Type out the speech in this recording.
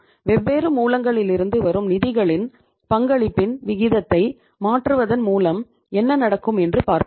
வெவ்வேறு மூலங்களிலிருந்து வரும் நிதிகளின் பங்களிப்பின் விகிதத்தை மாற்றுவதன் மூலம் என்ன நடக்கும் என்று பார்ப்போம்